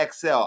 XL